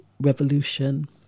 revolution